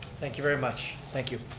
thank you very much, thank you.